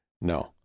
No